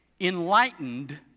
enlightened